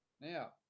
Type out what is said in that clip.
Now